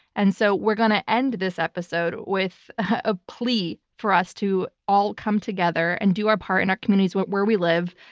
and so we're going to end this episode with a plea for us to all come together and do our part in our communities where we live.